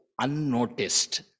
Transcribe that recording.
unnoticed